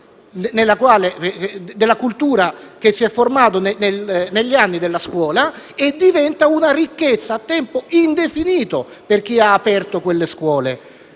nella cui cultura si è formato negli anni della scuola, cosa che diventa una ricchezza a tempo indefinito per chi ha aperto quelle scuole.